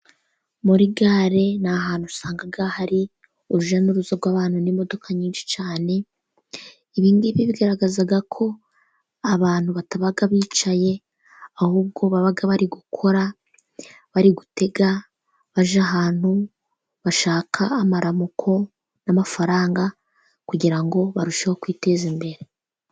Muri gare ni ahantu usanga hari urujya n'uruza rw'abantu n'imodoka nyinshi cyane. Ibingibi bigaragazwa n'uko abantu bataba bicaye ahubwo baba bari gukora bari gutega bajya ahantu bashaka amaramuko n'amafaranga, kugira ngo barusheho kwiteza imbere.